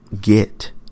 get